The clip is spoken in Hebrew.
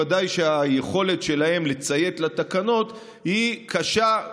ודאי שהיכולת שלהם לציית לתקנות היא קשה.